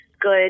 good